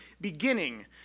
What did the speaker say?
beginning